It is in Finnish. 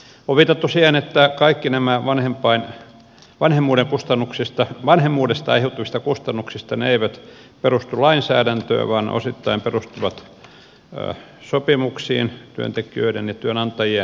on viitattu siihen että kaikki vanhemmuudesta aiheutuvista kustannuksista eivät perustu lainsäädäntöön vaan osittain perustuvat sopimuksiin työntekijöiden ja työnantajien välillä